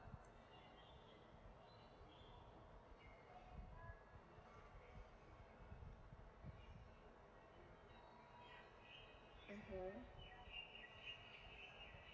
mmhmm